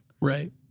Right